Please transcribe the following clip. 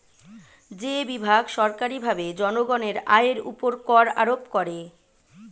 যে বিভাগ সরকারীভাবে জনগণের আয়ের উপর কর আরোপ করে